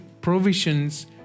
provisions